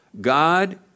God